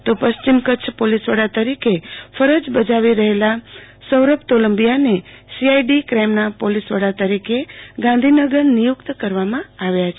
તો પશ્ચિમ કચ્છ પોલીસવડા તરીકે ફરજ બજાવતા રહેલા સૌરભ તોલંબીયાને સી આઈ ડી ક્રાઈમ બ્રાન્ચના પોલીસવડા તરીક ગાંધીનગર નિયૂકત કરવામાં આવ્યા છે